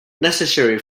necessary